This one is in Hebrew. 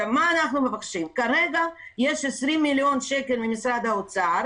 מה אנחנו מבקשים כרגע יש 20 מיליון שקל ממשרד האוצר,